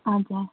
हजुर